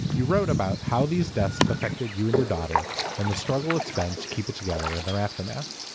you wrote about how these deaths affected you and your daughter and the struggle it spend to keep it together and their aftermath.